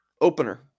opener